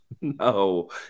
no